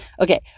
Okay